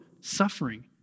suffering